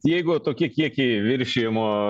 jeigu tokie kiekiai viršijamo